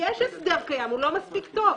יש הסדר קיים, אבל הוא לא מספיק טוב.